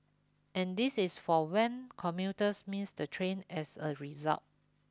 and this is for when commuters miss the train as a result